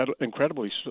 incredibly